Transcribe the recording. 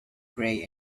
gray